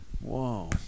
Whoa